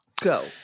go